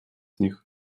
них